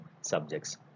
subjects